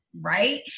right